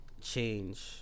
change